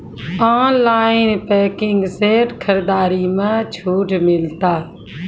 Online pumping set खरीदारी मे छूट मिलता?